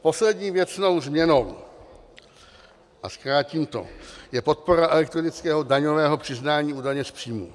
Poslední věcnou změnou, a zkrátím to, je podpora elektronického daňového přiznání u daně z příjmů.